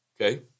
Okay